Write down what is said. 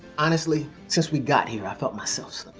honestly, since we got here, i've felt myself